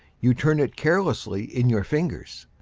you turn it carelessly in your fingers,